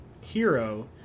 hero